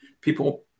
people